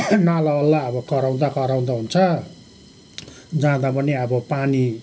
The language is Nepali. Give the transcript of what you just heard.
नालावाललाई अब कराउँदा कराउँदा हुन्छ जाँदा पनि अब पानी